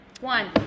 One